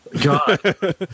god